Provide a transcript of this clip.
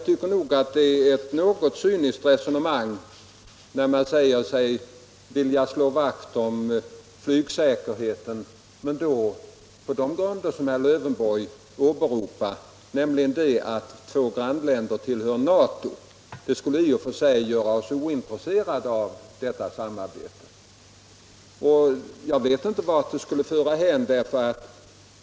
Och nog är det ett något cyniskt resonemang, när man först säger sig vilja slå vakt om flygsäkerheten och sedan förklarar att den omständigheten att två grannländer tillhör NATO — det är ju den grund som herr Lövenborg åberopar — bör göra oss ointresserade av detta samarbete. Jag vet inte vart det skulle föra hän.